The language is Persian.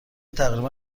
تقریبا